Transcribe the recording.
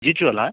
जित्छु होला